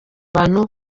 abantu